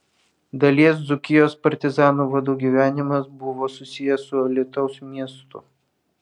dalies dzūkijos partizanų vadų gyvenimas buvo susijęs su alytaus miestu